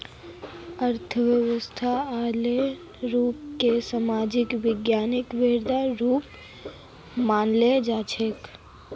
अर्थशास्त्रक असल रूप स सामाजिक विज्ञानेर ब्रांचेर रुपत मनाल जाछेक